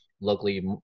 locally